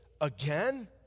again